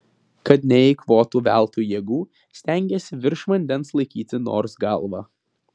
kad neeikvotų veltui jėgų stengėsi virš vandens laikyti nors galvą